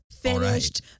finished